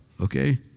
okay